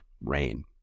rain